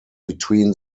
between